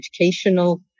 educational